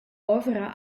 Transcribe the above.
ovra